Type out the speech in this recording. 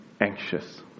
anxious